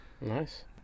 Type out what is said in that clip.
Nice